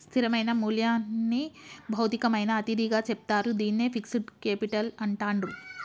స్థిరమైన మూల్యంని భౌతికమైన అతిథిగా చెప్తారు, దీన్నే ఫిక్స్డ్ కేపిటల్ అంటాండ్రు